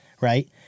right